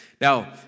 Now